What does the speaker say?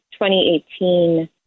2018